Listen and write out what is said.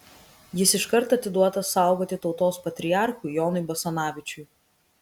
jis iškart atiduotas saugoti tautos patriarchui jonui basanavičiui